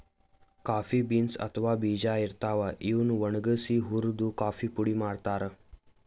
coffee beans ಅಥವಾ ಬೀಜಾ ಇರ್ತಾವ್, ಇವ್ ಒಣಗ್ಸಿ ಹುರ್ದು ಕಾಫಿ ಪುಡಿ ಮಾಡ್ತಾರ್